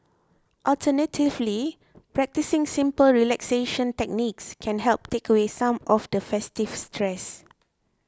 alternatively practising simple relaxation techniques can help take away some of the festive stress